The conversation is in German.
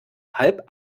halb